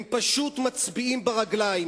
הם פשוט מצביעים ברגליים.